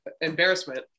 embarrassment